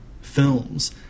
films